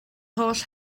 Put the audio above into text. holl